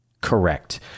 Correct